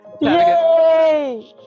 Yay